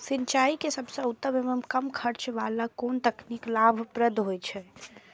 सिंचाई के सबसे उत्तम एवं कम खर्च वाला कोन तकनीक लाभप्रद होयत छै?